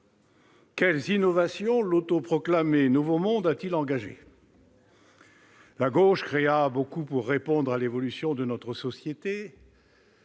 quelles innovations l'autoproclamé nouveau monde a-t-il engagées ? La gauche créa beaucoup pour répondre à l'évolution de notre société